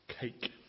Cake